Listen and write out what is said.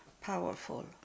powerful